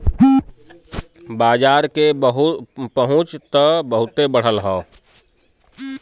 बाजार के पहुंच त बहुते बढ़ल हौ